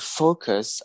focus